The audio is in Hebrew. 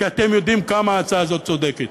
כי אתם יודעים כמה ההצעה הזאת צודקת.